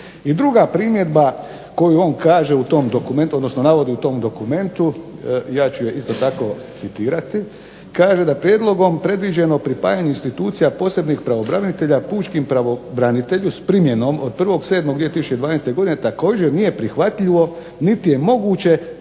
I druga primjedba koju on kaže u tom dokumentu ja ću je isto tako citirati kaže da prijedlogom predviđeno pripajanje institucije posebnih pravobranitelja, pučkom pravobranitelju s primjenom od 1. 7. 2012. godine također nije prihvatljivo niti je moguće